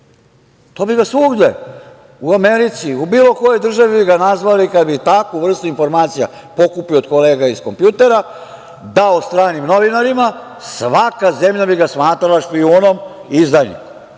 To bi svugde, u Americi, u bilo kojoj državi bi ga nazvali kada bi takvu vrstu informacija pokupio od kolega iz kompjutera, dao stranim novinarima, svaka zemlja bi ga smatrala špijunom i